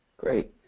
great,